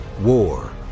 War